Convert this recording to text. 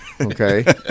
okay